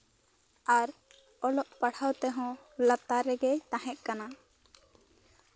ᱟᱨ ᱚᱞᱚᱜ ᱯᱟᱲᱦᱟᱣ ᱛᱮᱦᱚᱸ ᱞᱟᱛᱟᱨ ᱨᱮᱜᱮᱭ ᱛᱟᱦᱮᱸ ᱠᱟᱱᱟ